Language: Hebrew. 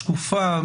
שקופה,